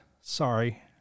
Sorry